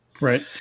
Right